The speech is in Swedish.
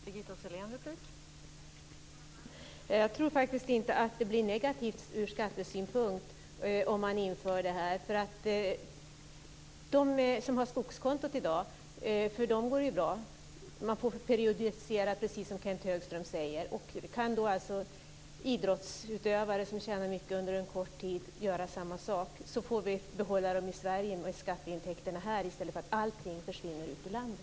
Fru talman! Jag tror faktiskt inte att det blir negativt från skattesynpunkt om nämnda periodiseringsmöjligheter införs. För dem som i dag har ett skogskonto går det ju bra. Man får, precis som Kenth Högström säger, periodisera. Om idrottsutövare som under en kort tid tjänar mycket pengar kan göra samma sak får vi behålla de skatteintäkterna i Sverige i stället för att allting försvinner ut ur landet.